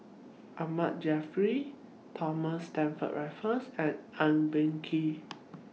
Ahmad Jaafar Thomas Stamford Raffles and Eng Boh Kee